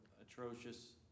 atrocious